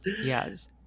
Yes